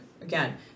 Again